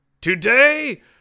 Today